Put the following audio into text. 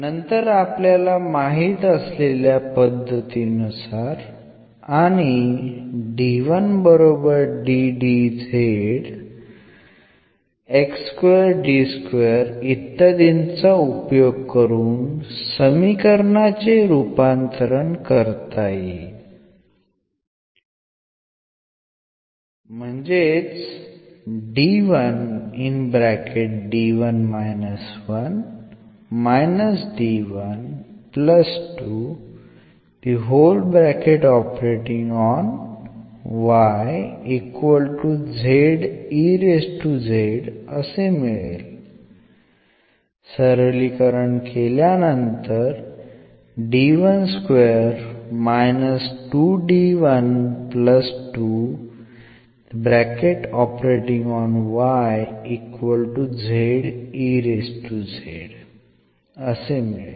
नंतर आपल्याला माहित असलेल्या पद्धतीनुसार आणि इत्यादींचा उपयोग करून समीकरणाचे रूपांतरण करता येईल